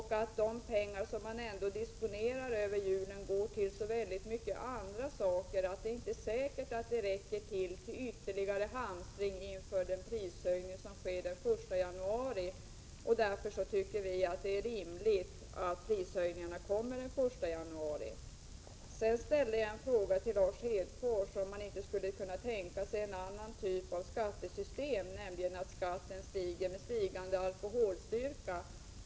De pengar som man disponerar över till jul går till så mycket annat att det inte är säkert att de räcker till ytterligare hamstring inför den prishöjning som sker den 1 januari. Vi tycker att det därför är rimligt att prishöjningarna genomförs den 1 januari. Jag ställde en fråga till Lars Hedfors, om man inte skulle kunna tänka sig en annan typ av skattesystem där skatten stiger med stigande alkoholstyrka.